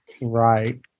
Right